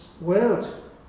world